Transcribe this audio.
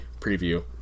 preview